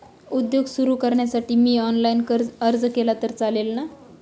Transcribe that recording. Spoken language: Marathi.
उद्योग सुरु करण्यासाठी मी ऑनलाईन अर्ज केला तर चालेल ना?